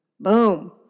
Boom